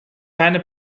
keine